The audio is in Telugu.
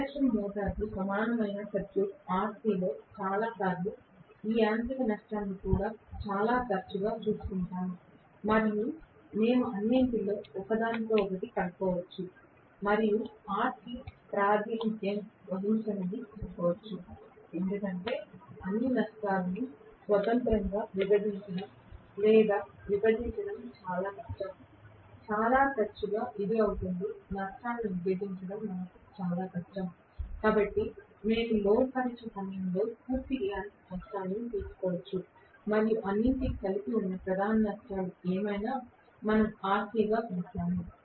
ఇండక్షన్ మోటారు సమానమైన సర్క్యూట్ RC లో చాలా సార్లు ఈ యాంత్రిక నష్టాలను కూడా చాలా తరచుగా చూసుకుంటాము మరియు మేము అన్నింటినీ ఒకదానితో ఒకటి కలపవచ్చు మరియు RC ప్రాతినిధ్యం వహించమని చెప్పవచ్చు ఎందుకంటే అన్ని నష్టాలను స్వతంత్రంగా విభజించడం లేదా విభజించడం చాలా కష్టం చాలా తరచుగా ఇది అవుతుంది నష్టాలను విభజించడం మాకు చాలా కష్టం కాబట్టి మేము లోడ్ పరీక్ష సమయంలో పూర్తి యాంత్రిక నష్టాలను తీసుకోవచ్చు మరియు అన్నింటికీ కలిపి ఉన్న ప్రధాన నష్టాలు ఏమైనా మనం RC గా పిలుస్తాము